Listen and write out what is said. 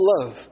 love